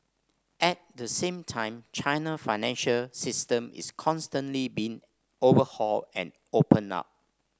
at the same time China financial system is constantly being overhaul and opened up